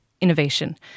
innovation